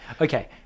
Okay